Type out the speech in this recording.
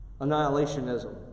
Annihilationism